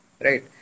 right